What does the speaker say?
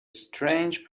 strange